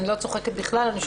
אני לא צוחקת בכלל.